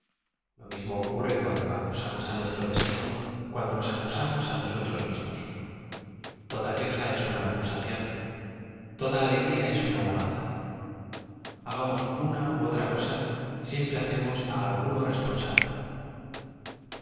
lo mismo ocurre cuando acusamos á nuestro destino ó cuando nos acusamos á nosotros mismos toda queja es una acusación toda alegría es una alabanza bagamos una ú otra cosa siempre ha cemos alguuo responsable m